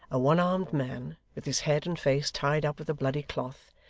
a one-armed man, with his head and face tied up with a bloody cloth,